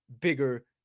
bigger